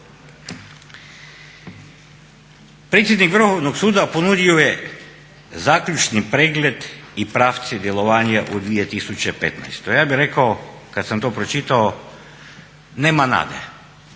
Predsjednik Vrhovnog suda ponudio je zaključni pregled i pravci djelovanja u 2015. Ja bih rekao kad sam to pročitao nema nade